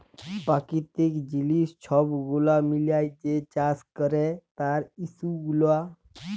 পেরাকিতিক জিলিস ছব গুলা মিলাঁয় যে চাষ ক্যরে তার ইস্যু গুলা